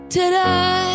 today